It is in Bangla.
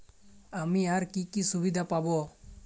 আমি আর কি কি সুবিধা পাব?